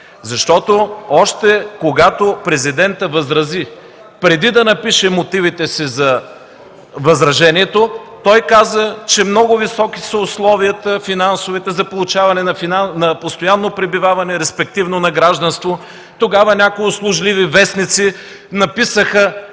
Димитров. Още когато Президентът възрази, преди да напише мотивите си за възражението, той каза, че са много високи финансовите условия за получаване на постоянно пребиваване, респективно на гражданство. Тогава някои услужливи вестници написаха